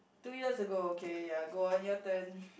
two years ago okay ya go on your turn